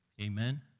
Amen